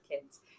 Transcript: kids